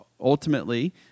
ultimately